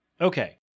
Okay